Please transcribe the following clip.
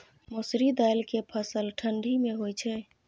मसुरि दाल के फसल ठंडी मे होय छै?